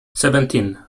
seventeen